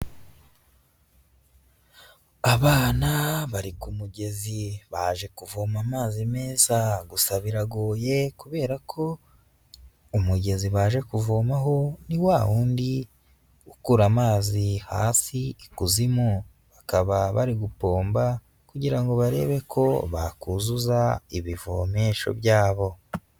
Abana bari ku mugezi baje kuvoma amazi meza, gusa biragoye kubera ko umugezi baje kuvomaho ni wa wundi ukura amazi hasi ikuzimu. Bakaba bari gupomba kugira ngo barebe ko bakuzuza ibivomesho byabo.